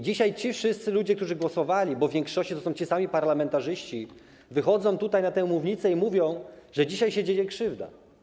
Dzisiaj ci wszyscy ludzie, którzy wtedy za tym głosowali, bo w większości to są ci sami parlamentarzyści, wychodzą na tę mównicę i mówią, że dzisiaj się dzieje krzywda.